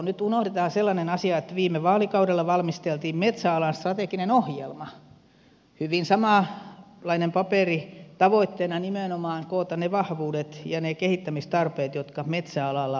nyt unohdetaan sellainen asia että viime vaalikaudella valmisteltiin metsäalan strateginen ohjelma hyvin samanlainen paperi tavoitteena nimenomaan koota ne vahvuudet ja ne kehittämistarpeet joita metsäalalla on